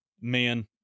Man